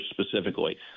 specifically